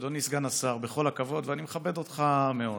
אדוני סגן השר, בכל הכבוד, ואני מכבד אותך מאוד,